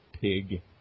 Pig